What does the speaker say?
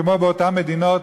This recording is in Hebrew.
כמו באותן מדינות